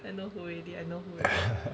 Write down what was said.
I know who already I know who already